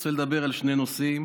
רוצה לדבר על שני נושאים